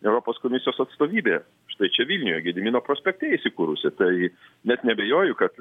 europos komisijos atstovybė štai čia vilniuje gedimino prospekte įsikūrusi tai net neabejoju kad